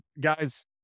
guys